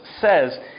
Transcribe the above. says